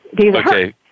okay